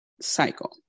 cycle